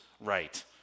right